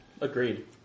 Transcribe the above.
Agreed